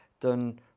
done